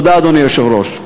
תודה, אדוני היושב-ראש.